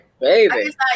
baby